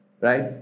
Right